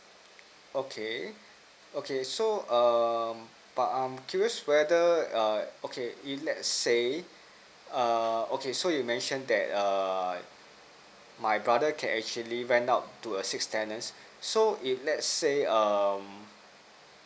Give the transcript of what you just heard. okay okay so um but I'm curious whether err okay if let's say err okay so you mentioned that err my brother can actually rent out to a six tenants so if let's say um